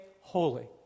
holy